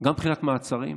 גם מבחינת מעצרים,